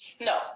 No